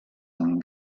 amb